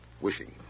wishing